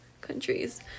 countries